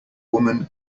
woman